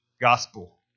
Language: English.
gospel